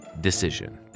decision